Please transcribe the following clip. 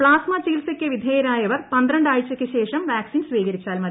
plasma ചികിത്സയ്ക്ക് വിധേയരാവർ പന്ത്രണ്ട് ആഴ്ചയ്ക്ക് ശേഷം വാക്സിൻ സ്വീകരിച്ചാൽ മതി